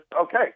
okay